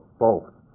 both.